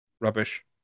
rubbish